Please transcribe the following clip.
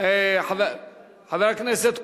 חבר הכנסת כהן,